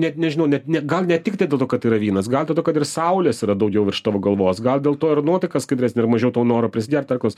net nežinau net ne gal ne tik dėl to kad tai yra vynas gal dėl to kad ir saulės yra daugiau virš tavo galvos gal dėl to ir nuotaika skaidresnė ir mažiau to noro prisigert ar koks